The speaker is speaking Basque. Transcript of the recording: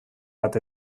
bat